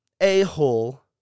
a-hole